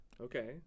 Okay